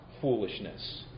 foolishness